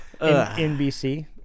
NBC